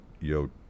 Yo